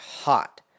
hot